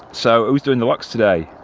so it was doing the locks today